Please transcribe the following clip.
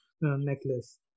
necklace